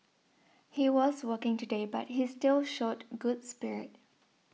he was working today but he still showed good spirit